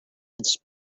its